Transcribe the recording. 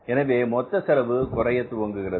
எனவே மொத்த செலவு குறையத் துவங்குகிறது